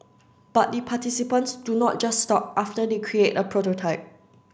but the participants do not just stop after they create a prototype